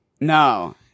No